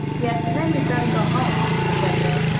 yes, and then we'd better go home, sue went on.